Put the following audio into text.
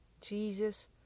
Jesus